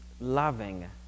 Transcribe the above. loving